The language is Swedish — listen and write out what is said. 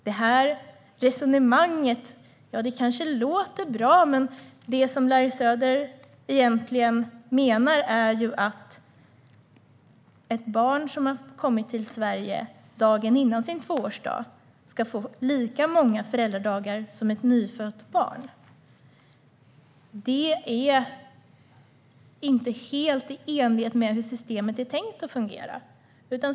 Det här resonemanget kanske låter bra, men det som Larry Söder egentligen menar är att ett barn som har kommit till Sverige dagen före sin tvåårsdag ska få lika många föräldradagar som ett nyfött barn. Det är inte helt i enlighet med hur systemet är tänkt att fungera.